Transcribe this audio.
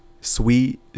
sweet